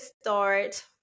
start